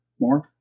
More